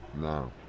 No